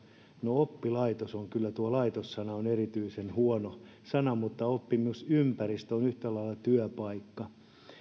oppilaitos tuo laitos sana on kyllä erityisen huono sana mutta oppimisympäristö on yhtä lailla työpaikka